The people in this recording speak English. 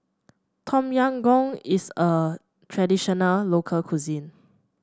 Tom Yam Goong is a traditional local cuisine